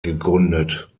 gegründet